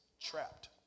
trapped